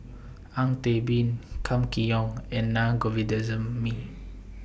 Ang Teck Bee Kam Kee Yong and Naa Govindasamy